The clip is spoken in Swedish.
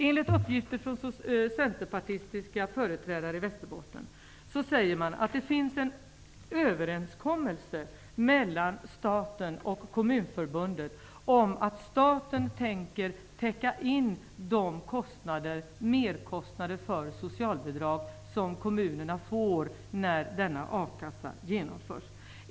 Enligt uppgifter från centerpartistiska företrädare i Västerbotten finns det en överenskommelse mellan staten och Kommunförbundet om att staten tänker täcka de merkostnader för socialbidrag som kommunerna får när förslaget om a-kassan genomförs.